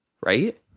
right